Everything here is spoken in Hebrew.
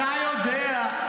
אתה כתבת --- אתה יודע,